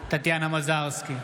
טטיאנה מזרסקי,